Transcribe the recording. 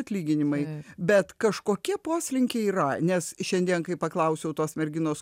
atlyginimai bet kažkokie poslinkiai yra nes šiandien kai paklausiau tos merginos